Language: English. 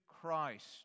Christ